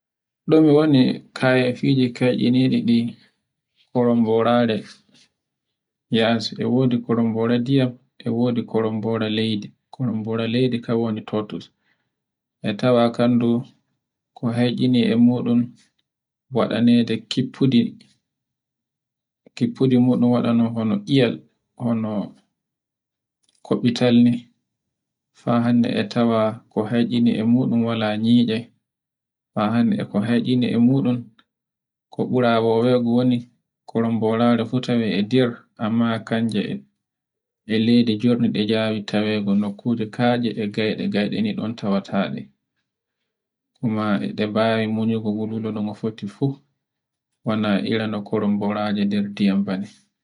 Ɗume woni kayafiji keyɗiniji ɗi koromborare yasi, e wodi korombore ndiyam, e wodi korombore leydi, korombora ndiyam kan woi turtles. E tawa kandu ko heccinie muɗum waɗanede kiffindi. Kiffunde muɗum waɗa non bano iyyel hono koɓitalli. Fa hande e tawa ko heccini e muɗum wala nyiɗe, fa hande e ko heccini muɗum ko ɓura wewogo woni, koromborare fu tawe e nder amma kanje e leydi jorni ɗe jawi ba nokkuje kaje e gayɗe, gayɗe ni ɗon tawaɗe. kume e ɗe mbawi munyugo wululo no gofoti fu wana ira kuromborare nder ndiyam bane.